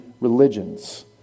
religions